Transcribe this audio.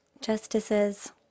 Justices